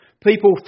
People